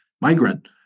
migrant